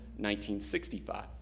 1965